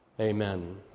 amen